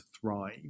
thrive